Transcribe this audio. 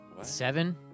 Seven